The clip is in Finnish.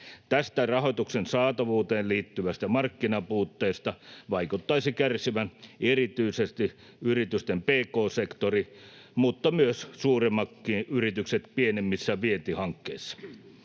Tästä rahoituksen saatavuuteen liittyvästä markkinapuutteesta vaikuttaisi kärsivän erityisesti yritysten pk-sektori mutta myös suuremmatkin yritykset pienemmissä vientihankkeissa.